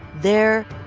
there,